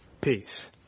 peace